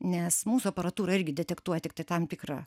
nes mūsų aparatūra irgi detektuoja tiktai tam tikrą